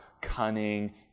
cunning